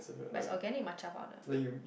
but it is organic matcha powder